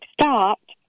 stopped